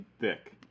Thick